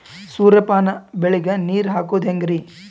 ಸೂರ್ಯಪಾನ ಬೆಳಿಗ ನೀರ್ ಹಾಕೋದ ಹೆಂಗರಿ?